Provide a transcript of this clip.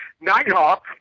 Nighthawk